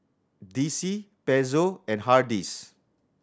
D C Pezzo and Hardy's